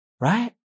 right